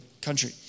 country